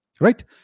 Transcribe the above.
Right